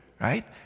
right